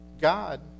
God